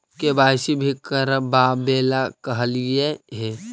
KYC भी करवावेला कहलिये हे?